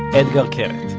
etgar keret.